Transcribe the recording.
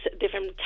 different